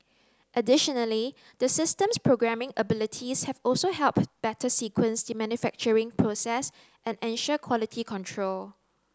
additionally the system's programming abilities have also helped better sequence the manufacturing process and ensure quality control